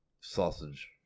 sausage